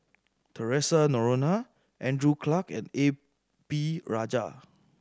Theresa Noronha Andrew Clarke and A P Rajah